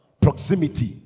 Proximity